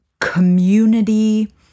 community